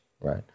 right